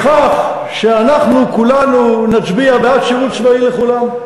בכך שאנחנו כולנו נצביע בעד שירות צבאי לכולם,